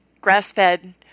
grass-fed